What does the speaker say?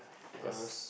cause